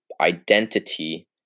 identity